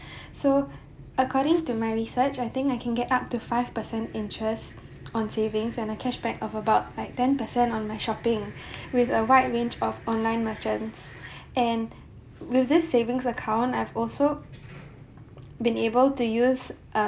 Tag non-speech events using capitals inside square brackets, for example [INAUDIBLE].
[BREATH] so according to my research I think I can get up to five percent interest on savings and a cashback of about like ten percent on my shopping [BREATH] with a wide range of online merchants and with this savings account I've also been able to use a